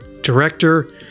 director